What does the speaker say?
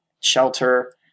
shelter